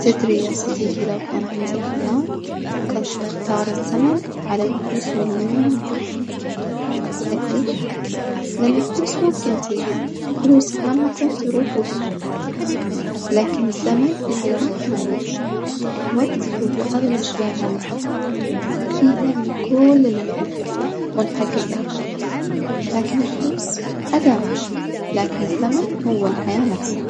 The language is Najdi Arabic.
تدري يا صديقي لو كان عندي الخيار؟ كنت بختار الزمن على الفلوس مليون مرة, أجولك ليش؟ لإن الفلوس ممكن تجي، الفلوس عامةً تروح وتجي، لكن الزمن الراح ما يرجع، الوجت هو أغلى شي عندنا، فيه نعمل كول النحبه و نحجج أحلامنا، لكن الفلوس آداة، لكن الزمن هو الحياة نفسها.